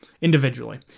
individually